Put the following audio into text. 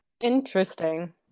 Interesting